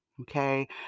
Okay